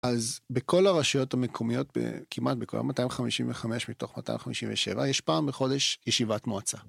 אז בכל הרשויות המקומיות, כמעט בכל ה-255 מתוך ה-257, יש פעם בחודש ישיבת מועצה.